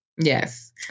Yes